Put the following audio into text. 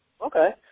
Okay